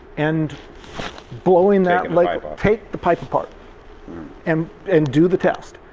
and blowing that, like, take the pipe apart and and do the test.